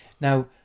Now